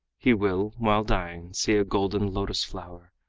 he will, while dying, see a golden lotus-flower,